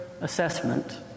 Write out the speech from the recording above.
assessment